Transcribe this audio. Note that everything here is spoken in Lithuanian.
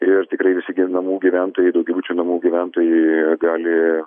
ir tikrai gyvenamų gyventojai daugiabučių namų gyventojai gali